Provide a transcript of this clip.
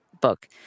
book